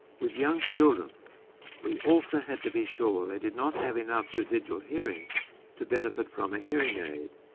with young children we also had to be sure they did not have enough residual hearing to benefit from a hearing aid.